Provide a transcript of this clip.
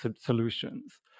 solutions